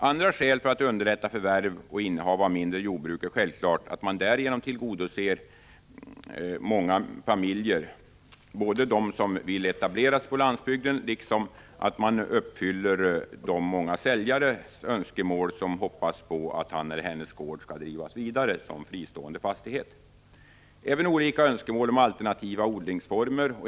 Andra skäl för att underlätta förvärv och innehav av mindre jordbruk är självfallet att man därigenom tillgodoser många familjers önskemål som etablerat sig på landsbygden, liksom man uppfyller många säljares önskemål som hoppas att gården skall drivas vidare som fristående fastighet. Även olika önskemål om alternativa odlingsformer och = Prot.